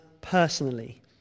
personally